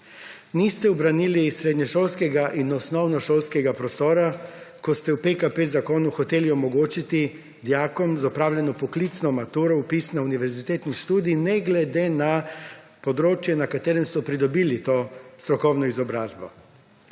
Niste obranili srednješolskega in osnovnošolskega prostora, ko ste v zakonu PKP hoteli omogočiti dijakom z opravljeno poklicno maturo vpis na univerzitetni študij ne glede na področje, na katerem so pridobili to strokovni izobrazbo.